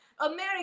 america